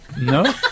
No